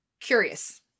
curious